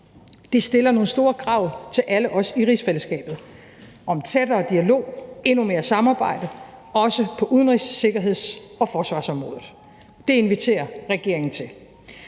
Det stiller nogle store krav til alle os i rigsfællesskabet om tættere dialog og endnu mere samarbejde, også på udenrigs-, sikkerheds- og forsvarsområdet. Det inviterer regeringen til.